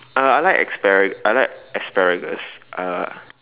uh I like aspara~ I like asparagus uh